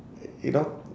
y~ you know